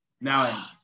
Now